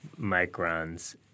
microns